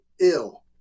ill